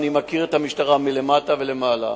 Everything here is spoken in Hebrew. ואני מכיר את המשטרה מלמטה ומלמעלה,